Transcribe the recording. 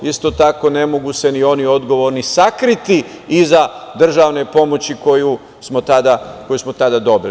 Isto tako, ne mogu se ni oni odgovorni sakriti iza državne pomoći koju smo tada dobili.